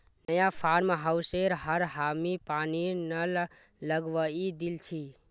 नया फार्म हाउसेर पर हामी पानीर नल लगवइ दिल छि